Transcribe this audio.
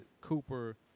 Cooper